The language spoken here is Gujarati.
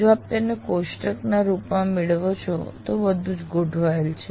જો આપ તેને કોષ્ટકના રૂપમાં મેળવો છો તો બધું જ ગોઠવાયેલ છે